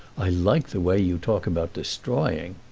i like the way you talk about destroying!